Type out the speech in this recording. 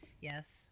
Yes